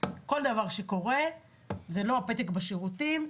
כל דבר שקורה זה לא רק פתק בשירותים,